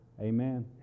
Amen